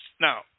Now